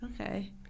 Okay